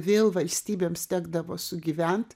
vėl valstybėms tekdavo sugyvent